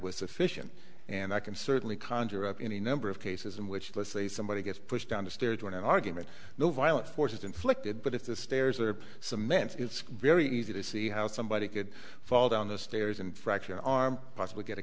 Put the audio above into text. was sufficient and i can certainly conjure up any number of cases in which let's say somebody gets pushed down the stairs when an argument no violence forces inflicted but if the stairs are cement it's very easy to see how somebody could fall down the stairs and fracture an arm possibly get a